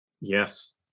Yes